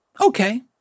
okay